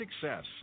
success